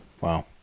Wow